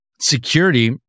security